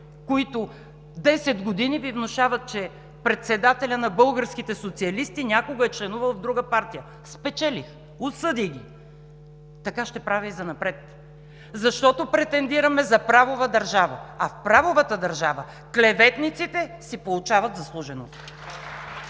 които 10 години Ви внушават, че председателят на българските социалисти някога е членувал в друга партия. Спечелих! Осъдих ги! Така ще правя и занапред, защото претендираме за правова държава, а в правовата държава клеветниците си получават заслуженото!